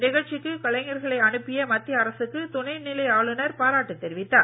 நிகழ்ச்சிக்கு கலைஞர்களை அனுப்பிய மத்திய அரசுக்கு துணை நிலை ஆளுநர் பாராட்டு தெரிவித்தார்